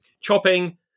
Chopping